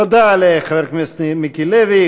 תודה לחבר הכנסת מיקי לוי.